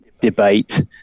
debate